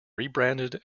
rebranded